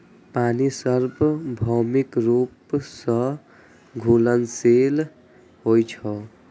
पानि सार्वभौमिक रूप सं घुलनशील होइ छै